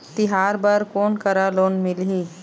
तिहार बर कोन करा लोन मिलही?